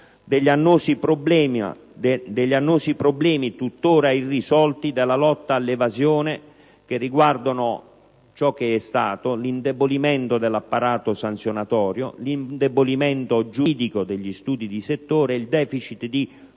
degli annosi problemi tuttora irrisolti della lotta all'evasione che riguardano l'indebolimento dell'apparato sanzionatorio, l'indebolimento giuridico degli studi di settore e il *deficit* di